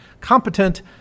competent